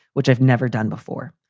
which i've never done before.